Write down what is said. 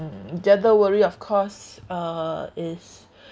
mm the other worry of course uh is